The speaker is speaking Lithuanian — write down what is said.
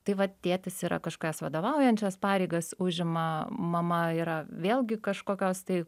tai va tėtis yra kažkokias vadovaujančias pareigas užima mama yra vėlgi kažkokios tai